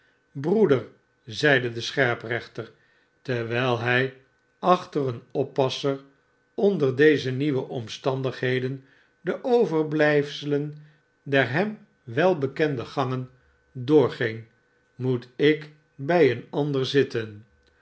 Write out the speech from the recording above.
broeder zeide de scherprechter terwijl hij achter een oppasser onder deze nieuwe omstandigheden de overblijfselen der hem welbekende gangen doorging smoet ik bij een ander zitten